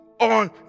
on